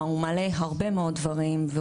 הוא מעלה הרבה מאוד דברים.